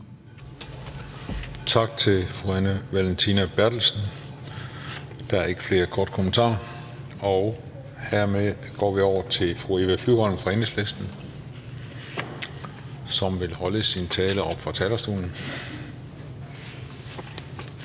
Tak til fru Anne Valentina Berthelsen. Der er ikke flere korte bemærkninger. Hermed går vi over til fru Eva Flyvholm fra Enhedslisten, som vil holde sin tale heroppe fra talerstolen.